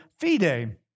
fide